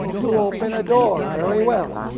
to open a door very well,